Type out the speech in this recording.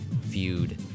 feud